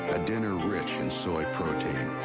a dinner rich in soy protein.